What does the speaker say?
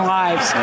lives